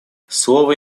слово